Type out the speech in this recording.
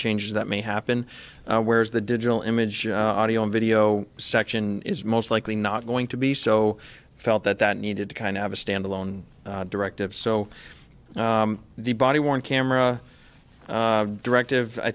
changes that may happen whereas the digital image audio video section is most likely not going to be so felt that that needed to kind of a stand alone directive so the body worn camera directive i